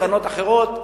קרנות אחרות,